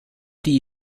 die